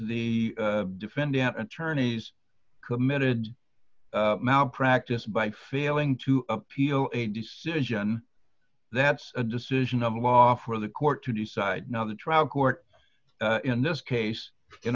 the defendant attorney's committed malpractise by failing to appeal a decision that's a decision of law for the court to decide now the trial court in this case in